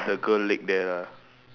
the girl leg there lah